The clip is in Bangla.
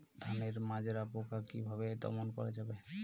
ধানের মাজরা পোকা কি ভাবে দমন করা যাবে?